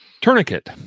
Tourniquet